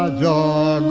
ah da